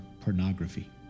pornography